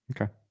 Okay